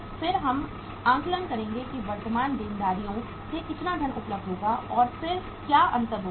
फिर हम आकलन करेंगे कि वर्तमान देनदारियों से कितना धन उपलब्ध होगा और फिर क्या अंतर होगा